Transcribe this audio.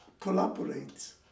collaborates